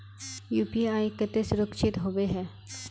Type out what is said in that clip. UPI केते सुरक्षित होबे है?